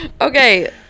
okay